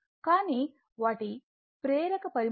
కానీ వాటి ఫేసర్ పరిమాణం అంటే అక్కడ కొంత కోణం ఉండాలి